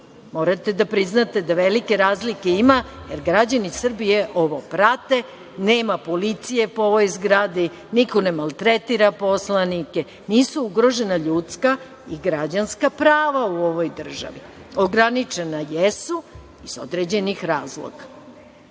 Morate da priznate da velike razlike ima jer građani Srbije ovo prate. Nema policije po ovoj zgradi. Niko ne maltretira poslanike. Nisu ugrožena ljudska i građanska prava u ovoj državi. Ograničena jesu iz određenih razloga. Hajde